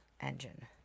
engine